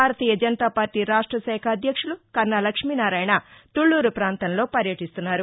భారతీయ జనతాపార్లీ రాష్ట శాఖ అధ్యక్షులు కన్నా లక్ష్మినారాయణ తుళ్ళూరు పాంతంలో పర్యటిస్తున్నారు